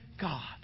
God